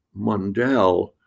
Mundell